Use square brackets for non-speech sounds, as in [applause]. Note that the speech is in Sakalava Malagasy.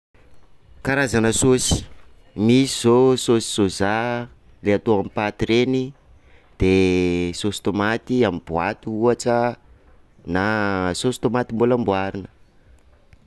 Karazana saosy: misy izao saosy soza ilay atao amin'ny paty reny, de [hesitation] saosy tomaty amin'ny boaty ohatra na saosy tomaty mbola amboarina.